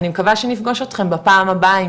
אני מקווה שנפגוש אתכם בפעם הבאה עם